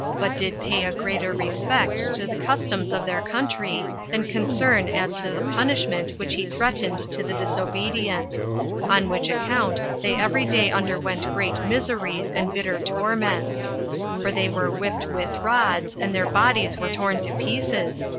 but did pay a greater respect to the customs of their country than concern as to the punishment which he threatened to the disobedient on which account they every day underwent great miseries and bitter torments for they were whipped with rods, and their bodies were torn to pieces,